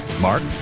Mark